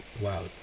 wow